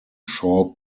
shaw